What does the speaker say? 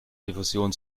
diffusion